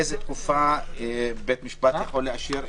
איזו תקופה בית המשפט יכול לאשר?